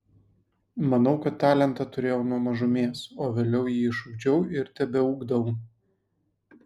manau kad talentą turėjau nuo mažumės o vėliau jį išugdžiau ir tebeugdau